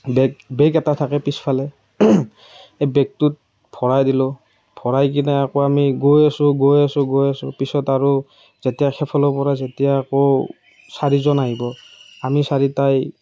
বেগ bag এটা থাকে পিছফালে সেই বেগটোত ভৰাই দিলোঁ ভৰাইকেনে আকৌ আমি গৈ আছোঁ গৈ আছোঁ গৈ আছোঁ পিছত আৰু যেতিয়া সেইফালৰ পৰা যেতিয়া আকৌ চাৰিজন আহিব আমি চাৰিটাই